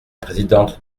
présidente